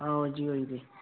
आहो जी होई गेदे